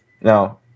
Now